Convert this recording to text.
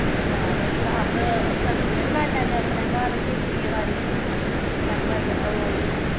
ते फिर ओह्दे बाद फिर अस सब्जियां बी लाई लैन्ने अपने घर खेतियें बाड़ियें शैल बडलै